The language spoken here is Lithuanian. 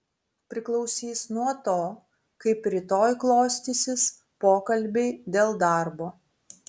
priklausys nuo to kaip rytoj klostysis pokalbiai dėl darbo